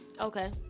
Okay